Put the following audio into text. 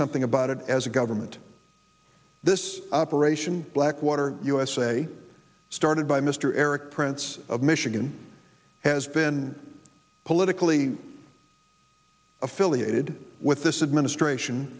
something about it as a government this operation blackwater usa started by mr erik prince of michigan has been politically affiliated with this administration